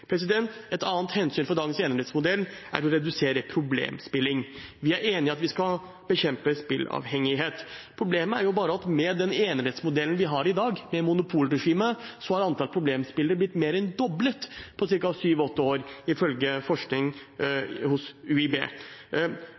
Et annet hensyn for dagens enerettsmodell er å redusere problemspilling. Vi er enig i at vi skal bekjempe spilleavhengighet. Problemet er bare at med den enerettsmodellen vi har i dag, med monopolregime, er antall problemspillere blitt mer enn doblet på syv–åtte år, ifølge forskning fra UiB.